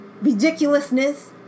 ridiculousness